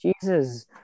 Jesus